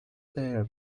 there